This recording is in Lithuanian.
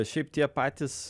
šiaip tie patys